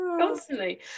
constantly